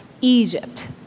Egypt